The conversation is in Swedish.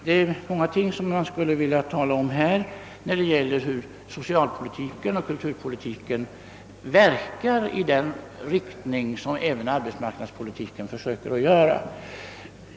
Det är många ting som man skulle vilja tala om i detta sammanhang när det gäller hur socialpolitiken och kulturpolitiken verkar i den riktning som även arbetsmarknadspolitiken försöker följa.